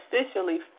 officially